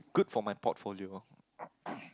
good for my portfolio